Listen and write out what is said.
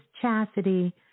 chastity